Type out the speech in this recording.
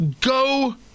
Go